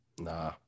Nah